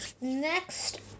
Next